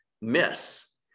miss